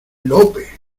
lope